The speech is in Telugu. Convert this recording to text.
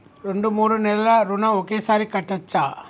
రెండు మూడు నెలల ఋణం ఒకేసారి కట్టచ్చా?